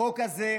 החוק הזה,